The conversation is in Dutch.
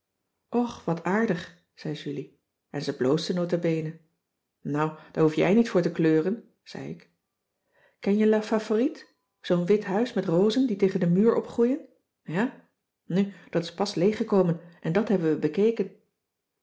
och wat aardig zei julie en ze bloosde nota bene nou daar hoef jij niet voor te kleuren zei ik ken je la favorite zoo'n wit huis met rozen die tegen den muur opgroeien ja nu dat is pas leeggekomen en dat hebben we bekeken